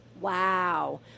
Wow